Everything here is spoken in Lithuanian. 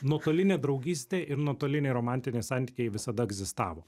nuotolinė draugystė ir nuotoliniai romantiniai santykiai visada egzistavo